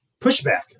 Pushback